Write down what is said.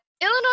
Illinois